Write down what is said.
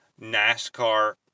NASCAR